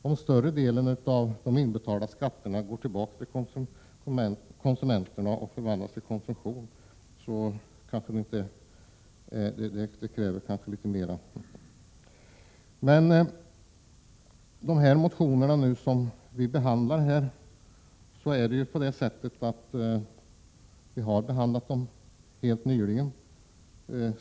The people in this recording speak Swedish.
Om större delen av de inbetalda skatterna går tillbaka till skattebetalarna och förvandlas till konsumtion, krävs det kanske mera för att man skall tala om ökat skattetryck. De motioner som vi behandlar i detta betänkande har behandlats helt nyligen.